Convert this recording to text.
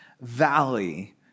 Valley